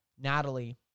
Natalie